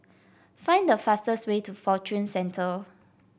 find the fastest way to Fortune Centre